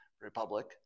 republic